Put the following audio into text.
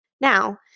Now